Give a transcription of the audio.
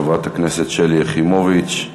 חברת הכנסת שלי יחימוביץ,